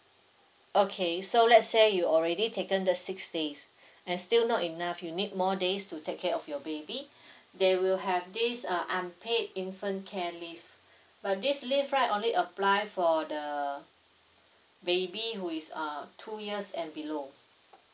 okay so let's say you already taken the six days and still not enough you need more days to take care of your baby they will have this uh unpaid infant care leave but this leave right only apply for the baby who is uh two years and below